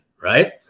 right